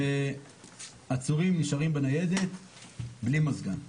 ועצורים נשארים בניידת בלי מזגן.